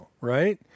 right